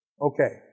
Okay